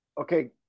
Okay